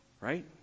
Right